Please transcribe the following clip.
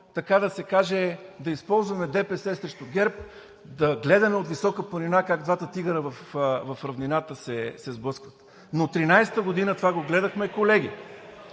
така да се каже, да използваме ДПС срещу ГЕРБ, да гледаме от висока планина как двата тигъра в равнината се сблъскват, но през 2013 година това го гледахме, колеги.